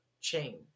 chain